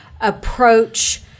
approach